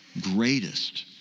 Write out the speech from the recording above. greatest